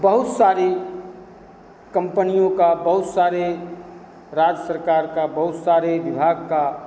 बहुत सारी कंपनियों का बहुत सारे राज्य सरकार का बहुत सारे विभाग का